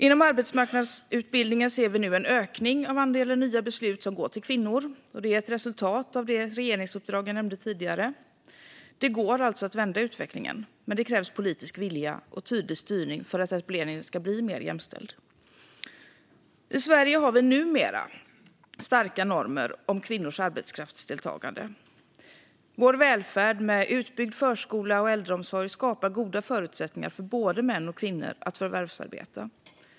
Inom arbetsmarknadsutbildningen ser vi nu en ökning av andelen nya beslut som går till kvinnor. Det är ett resultat av det regeringsuppdrag jag nämnde tidigare. Det går alltså att vända utvecklingen, men det krävs politisk vilja och tydlig styrning för att etableringen ska bli mer jämställd. I Sverige har vi numera starka normer om kvinnors arbetskraftsdeltagande. Vår välfärd med utbyggd förskola och äldreomsorg skapar goda förutsättningar för både män och kvinnor att förvärvsarbeta.